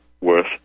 worth